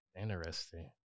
Interesting